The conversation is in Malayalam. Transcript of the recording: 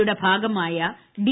യുടെ ഭാഗമായ ഡി